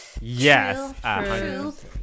Yes